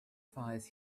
fires